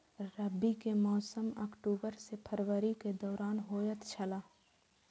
रबी के मौसम अक्टूबर से फरवरी के दौरान होतय छला